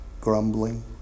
grumbling